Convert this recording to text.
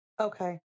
Okay